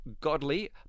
godly